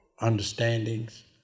understandings